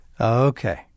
okay